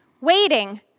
waiting